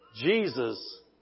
Jesus